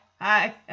hi